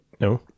No